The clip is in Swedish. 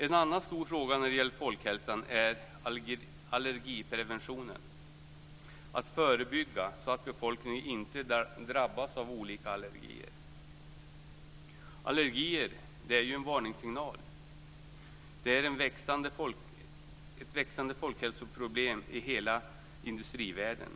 En annan stor fråga när det gäller folkhälsan är allergipreventionen, dvs. att förebygga så att befolkningen inte drabbas av olika allergier. Allergier är en varningssignal. De är ett växande folkhälsoproblem i hela industrivärlden.